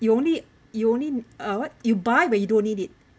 you only you only uh what you buy when you don't need it